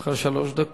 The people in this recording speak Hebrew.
לרשותך שלוש דקות.